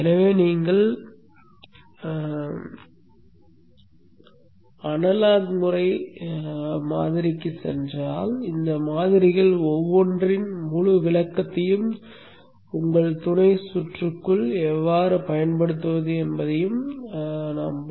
எனவே நீங்கள் அனலாக் முறை மாதிரிக்குச் சென்றால் இந்த மாதிரிகள் ஒவ்வொன்றின் முழு விளக்கத்தையும் உங்கள் துணை சுற்றுக்குள் எவ்வாறு பயன்படுத்துவது என்பதையும் படிக்கவும்